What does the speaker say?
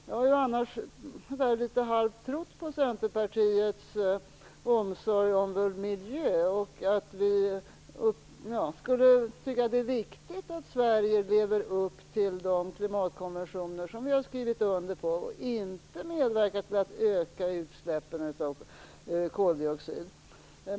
Jag har annars trott något på Centerpartiets omsorg om vår miljö, att det är viktigt att Sverige lever upp till de klimatkonventioner som vi har skrivit under och inte medverkar till att öka utsläppen av koldioxid.